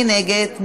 מי נגד?